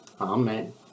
Amen